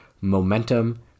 Momentum